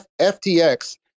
FTX